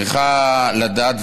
צריכה לדעת,